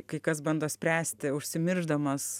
kai kas bando spręsti užsimiršdamas